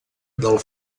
del